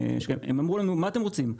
הם אמרו לנו: מה אתם רוצים?